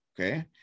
okay